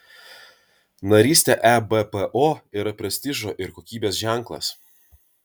narystė ebpo yra prestižo ir kokybės ženklas